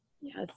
yes